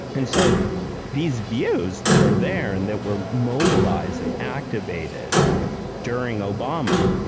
and so these views that are there, and that were mobilized and activated during obama,